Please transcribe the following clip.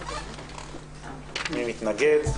מי נגד?